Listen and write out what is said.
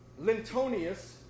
Lintonius